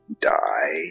die